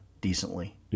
decently